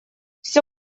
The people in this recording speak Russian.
все